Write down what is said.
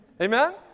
Amen